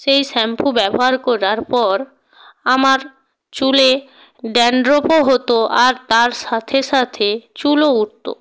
সেই শ্যাম্পু ব্যবহার করার পর আমার চুলে ড্যানড্রাফও হতো আর তার সাথে সাথে চুলও উঠত